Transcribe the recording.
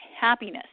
happiness